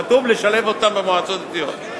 כתוב לשלב אותם במועצות הדתיות.